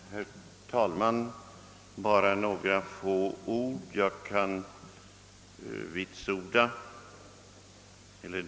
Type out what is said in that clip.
Herr talman! Låt mig endast säga några få ord.